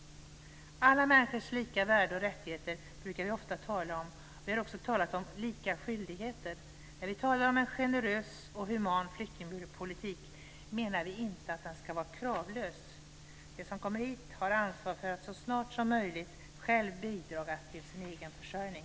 Alla människors lika värde och rättigheter brukar vi ofta tala om. Vi har också talat om lika skyldigheter. När vi talar om en generös och human flyktingpolitik menar vi inte att den ska vara kravlös. De som kommer hit har ansvar för att så snart som möjligt själva bidraga till sin egen försörjning.